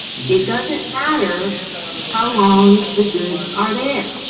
it doesn't matter how long the goods are there.